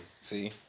See